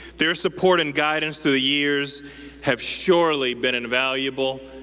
their support and guidance through the years have surely been invaluable.